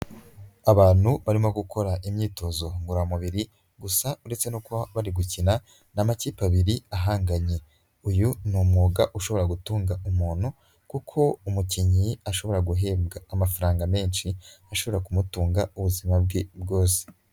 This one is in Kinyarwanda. Abantu barimo gukora imyitozo ngororamubiri, gusa uretse no kuba bari gukina, ni amakipe abiri ahanganye, uyu ni umwuga ushobora gutunga umuntu kuko umukinnyi ashobora guhembwa amafaranga menshi, ashobora kumutunga ubuzima bwe bwose.